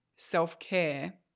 Self-care